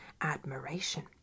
admiration